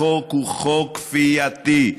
החוק הוא חוק כפייתי,